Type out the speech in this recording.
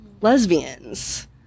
lesbians